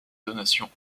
donations